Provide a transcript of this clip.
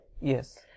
Yes